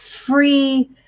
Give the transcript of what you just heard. free